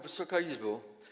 Wysoka Izbo!